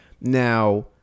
Now